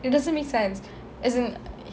it doesn't make sense as in